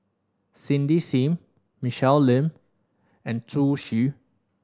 Cindy Sim Michelle Lim and Zhu Xu